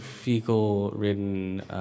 fecal-ridden